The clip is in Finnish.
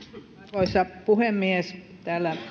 arvoisa puhemies täällä